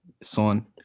Son